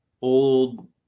Old